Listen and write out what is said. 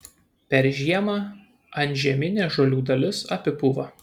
per žiemą antžeminė žolių dalis apipūva